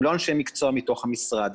הם לא אנשי מקצוע מתוך המשרד,